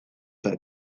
zen